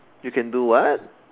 you can do what